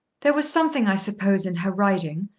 there was something i suppose in her riding,